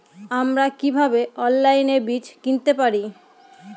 আমরা কীভাবে অনলাইনে বীজ কিনতে পারি?